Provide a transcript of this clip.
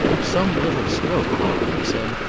some little stroke, dick! he said.